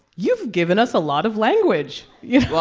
you've given us a lot of language, you